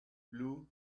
blue